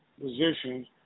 positions